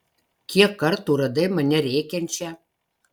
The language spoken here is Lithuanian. kiek kartų radai mane rėkiančią